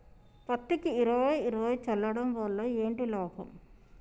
పత్తికి ఇరవై ఇరవై చల్లడం వల్ల ఏంటి లాభం?